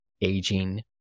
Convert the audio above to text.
aging